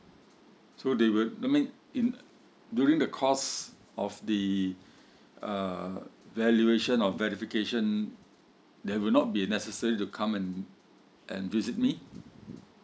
so they will that mean in during the course of the uh valuation or verification they will not be necessary to come and and visit me